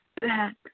back